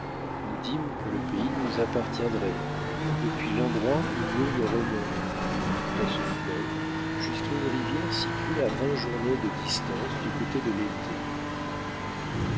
nous dîmes que le pays nous appartiendrait depuis l'endroit où l'eau ne remonte plus dans ce fleuve jusqu'à une rivière située à vingt journées de distance du côté de l'été